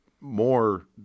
more